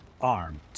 armed